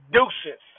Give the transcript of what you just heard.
Deuces